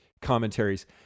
commentaries